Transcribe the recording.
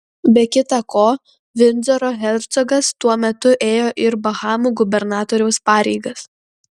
be kita ko vindzoro hercogas tuo metu ėjo ir bahamų gubernatoriaus pareigas